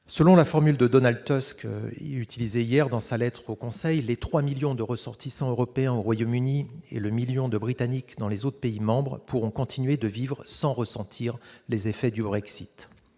selon la formule de Donald Tusk, il est utilisé hier dans sa lettre au Conseil, les 3 millions de ressortissants européens au Royaume-Uni et le 1000000 de Britanniques dans les autres pays membres pourront continuer de vivre sans ressentir les effets du Brexit